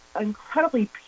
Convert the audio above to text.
incredibly